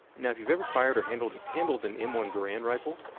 now if you've ever fired or handled an handled an m one garand rifle,